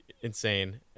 insane